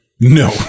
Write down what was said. No